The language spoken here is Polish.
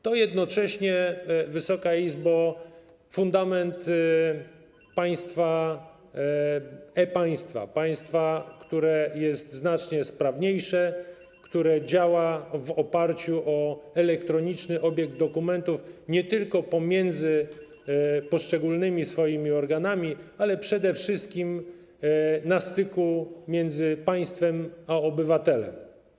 To jednocześnie, Wysoka Izbo, fundament e-państwa, państwa, które jest znacznie sprawniejsze, które działa w oparciu o elektroniczny obieg dokumentów nie tylko pomiędzy poszczególnymi organami, ale przede wszystkim na styku między państwem a obywatelem.